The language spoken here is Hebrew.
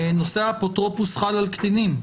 נושא האפוטרופוס חל על קטינים.